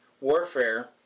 warfare